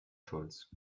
schulz